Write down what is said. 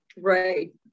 Right